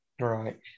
right